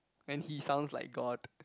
and he sounds like god